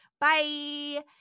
Bye